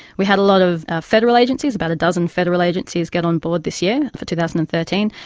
we had a lot of federal agencies, about a dozen federal agencies get on board this year for two thousand and thirteen.